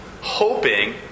hoping